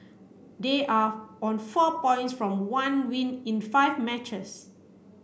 they are on four points from one win in five matches